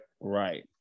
Right